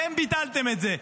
אתם ביטלתם את זה.